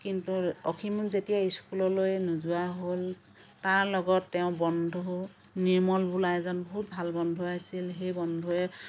কিন্তু অসীম যেতিয়া স্কুললৈ নোযোৱা হ'ল তাৰ লগত তেওঁৰ বন্ধু নিৰ্মল বোলা এজন বহুত ভাল বন্ধু আছিল সেই বন্ধুয়ে